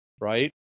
right